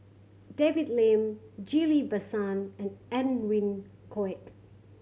David Lim Ghillie Basan and Edwin Koek